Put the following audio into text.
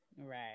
right